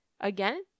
Again